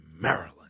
Maryland